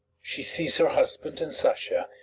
she sees her husband and sasha,